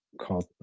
called